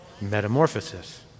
Metamorphosis